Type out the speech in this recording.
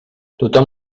tothom